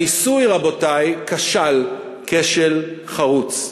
הניסוי, רבותי, כשל כשל חרוץ,